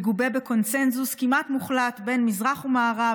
מגובה בקונסנזוס כמעט מוחלט בין מזרח למערב,